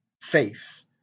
faith